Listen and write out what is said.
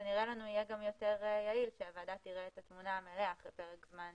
נראה לי שיהיה גם יותר יעיל שהוועדה תראה את התמונה המלאה אחרי פרק זמן